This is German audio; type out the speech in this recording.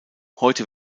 heute